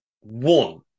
One